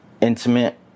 intimate